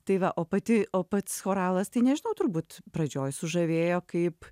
tai va o pati o pats choralas tai nežinau turbūt pradžioj sužavėjo kaip